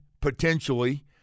potentially